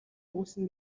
өгүүлсэн